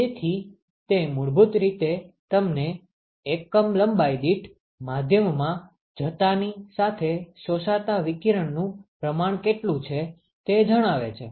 તેથી તે મૂળભૂત રીતે તમને એકમ લંબાઈ દીઠ માધ્યમમાં જતાની સાથે શોષાતા વિકિરણનુ પ્રમાણ કેટલું છે તે જણાવે છે